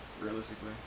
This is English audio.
realistically